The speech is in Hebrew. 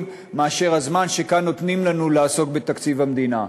מאשר הזמן שכאן נותנים לנו לעסוק בתקציב המדינה.